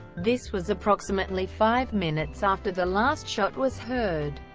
this was approximately five minutes after the last shot was heard.